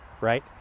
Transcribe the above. right